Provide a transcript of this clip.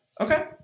Okay